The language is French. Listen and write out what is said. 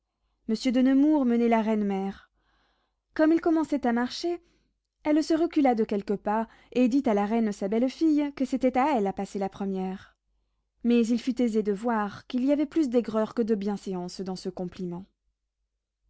monsieur de nemours menait la reine mère comme ils commençaient à marcher elle se recula de quelques pas et dit à la reine sa belle-fille que c'était à elle à passer la première mais il fut aisé de voir qu'il y avait plus d'aigreur que de bienséance dans ce compliment